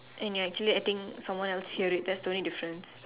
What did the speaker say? and you're actually letting someone else hear it that's the only difference